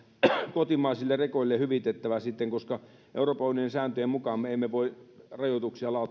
kotimaisille rekoille hyvitettävä koska euroopan unionin sääntöjen mukaan me emme voi rajoituksia